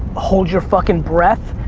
hold your fuckin' breath,